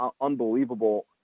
unbelievable